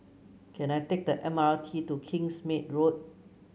can I take the M R T to Kingsmead Road